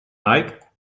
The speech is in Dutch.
nike